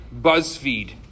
BuzzFeed